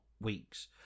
weeks